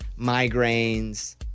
migraines